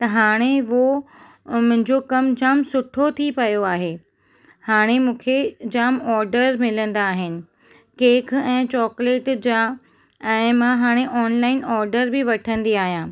त हाणे उहो मुंहिंजो कमु जाम सुठो थी पियो आहे हाणे मूंखे जाम ऑडर मिलंदा आहिनि केक ऐं चॉकलेट जा ऐं मां हाणे ऑनलाइन ऑडर बि वठंदी आहियां